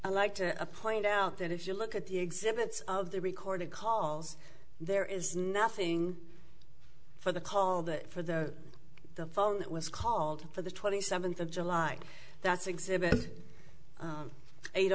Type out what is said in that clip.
i like to point out that if you look at the exhibits of the recorded calls there is nothing for the call that for the the phone that was called for the twenty seventh of july that's exhibit eight